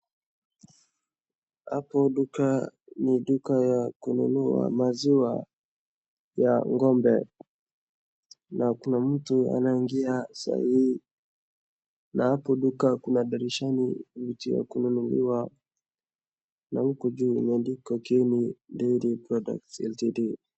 Hapo duka ni duka ya kununua maziwa ya ng'ombe, na kuna mtu anaingia sahii, na hapo duka kuna dirisha ya nje ya kununuliwa na huku juu imeandikwa Kieni Dairy Products Ltd.